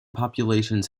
populations